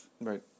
Right